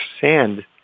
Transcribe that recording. sand